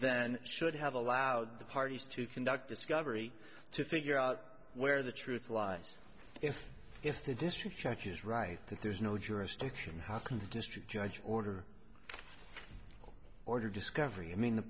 then should have allowed the parties to conduct discovery to figure out where the truth lies if if the district charge is right that there's no jurisdiction how can district judge order order discovery i mean the